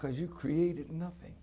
because you created nothing